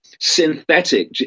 synthetic